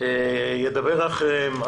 שידבר אחריהם.